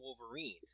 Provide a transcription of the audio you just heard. Wolverine